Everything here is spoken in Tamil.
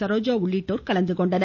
சரோஜா உள்ளிட்டோர் கலந்துகொண்டனர்